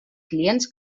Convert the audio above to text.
clients